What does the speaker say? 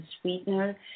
sweetener